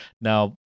Now